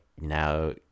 now